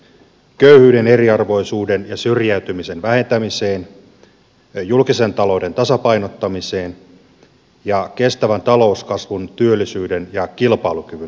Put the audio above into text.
köyhyyden eriarvoisuuden ja syrjäytymisen vähentämiseen julkisen talouden tasapainottamiseen ja kestävän talouskasvun työllisyyden ja kilpailukyvyn vahvistamiseen